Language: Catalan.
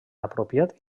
apropiat